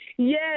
Yes